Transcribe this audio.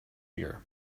year